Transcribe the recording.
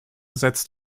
setzt